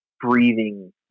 breathing